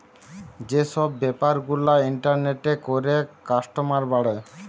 যে সব বেপার গুলা ইন্টারনেটে করে কাস্টমার বাড়ে